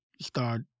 start